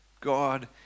God